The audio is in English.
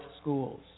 schools